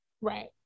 Right